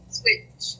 switch